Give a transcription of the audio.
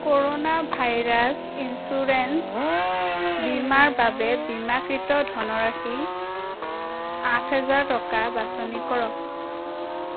corona virus insurance বীমাৰ বাবে বীমাকৃত ধনৰাশি আঠ হেজাৰ টকা বাছনি কৰক